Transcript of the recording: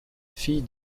fille